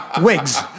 wigs